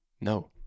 No